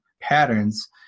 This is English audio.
patterns